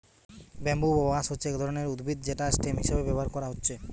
bamboo বা বাঁশ হচ্ছে এক রকমের উদ্ভিদ যেটা স্টেম হিসাবে ব্যাভার কোরা হচ্ছে